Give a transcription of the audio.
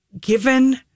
given